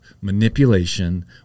manipulation